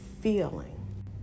feeling